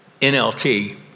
NLT